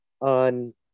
on